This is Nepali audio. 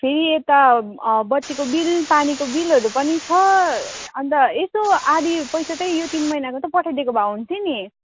फेरि यता बत्तीको बिल पानीको बिलहरू पनि छ अन्त यसो आधा पैसा त्यही यो तिन महिनाको चाहिँ पठाइदिएको भए हुन्थ्यो नि